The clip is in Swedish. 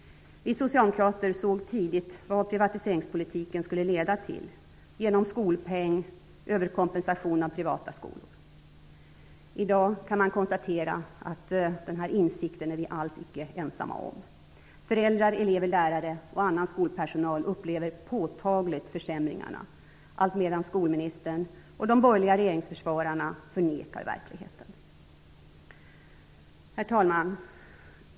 Vi socialdemokrater såg tidigt vad privatiseringspolitiken skulle leda till, genom skolpeng och överkompensation av privata skolor. I dag kan man konstatera att vi alls icke är ensamma om den insikten. Föräldrar, elever, lärare och annan skolpersonal upplever påtagligt försämringarna, alltmedan skolministern och de borgerliga regeringsförsvararna förnekar verkligheten.